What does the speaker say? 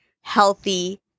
healthy